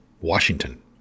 Washington